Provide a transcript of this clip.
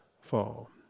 fall